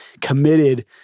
committed